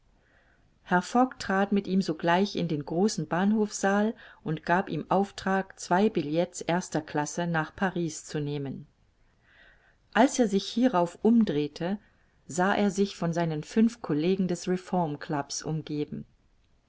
fogg trat mit ihm sogleich in den großen bahnhofsaal und gab ihm auftrag zwei billets erster classe nach paris zu nehmen als er sich hierauf umdrehte sah er sich von seinen fünf collegen des reformclubs umgeben